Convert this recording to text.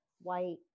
white